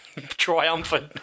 triumphant